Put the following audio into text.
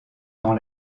dans